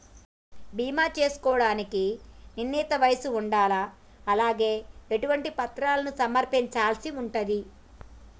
బీమా చేసుకోవడానికి నిర్ణీత వయస్సు ఉండాలా? అలాగే ఎటువంటి పత్రాలను సమర్పించాల్సి ఉంటది?